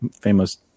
famous